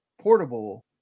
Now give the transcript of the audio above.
portable